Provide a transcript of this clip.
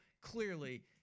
clearly